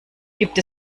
gibt